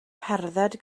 cerdded